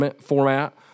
format